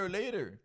later